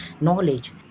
knowledge